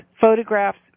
photographs